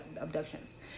abductions